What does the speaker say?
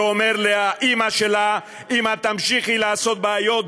ואומר לאימא שלה: אם את תמשיכי לעשות בעיות,